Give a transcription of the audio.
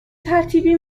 ترتیبی